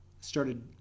started